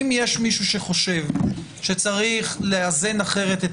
אם יש מישהו שחושב שצריך לאזן אחרת את